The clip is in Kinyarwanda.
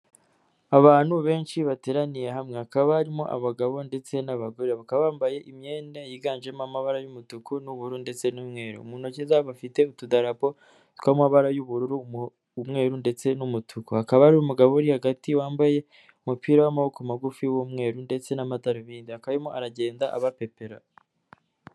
Abantu benshi bateraniye hamwe, hakaba harimo abagabo ndetse n'ababa, babaka bambaye imyenda yiganjemo amabara y'umutuku n'uburu ndetse n'umweru, mu ntoki zabo bafite utudarapo tw'amabara y'ubururu, umweru ndetse n'umutuku, hakaba hari umugabo uri hagati wambaye umupira w'amaboko magufi w'umweru ndetse n'amadarubindi akaba arimo aragenda abapepera.